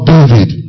David